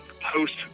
post